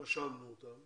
רשמנו אותם